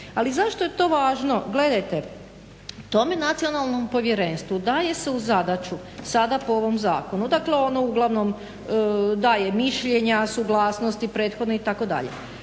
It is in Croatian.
Ali zašto je to važno? Gledajte tome nacionalnom povjerenstvu daje se u zadaću sada po ovom zakonu dakle ono uglavnom daje mišljenja, suglasnosti prethodne itd.